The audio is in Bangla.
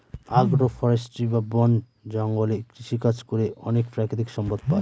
আগ্র ফরেষ্ট্রী বা বন জঙ্গলে কৃষিকাজ করে অনেক প্রাকৃতিক সম্পদ পাই